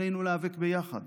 עלינו להיאבק ביחד